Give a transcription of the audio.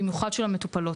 במיוחד של המטופלות,